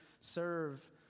serve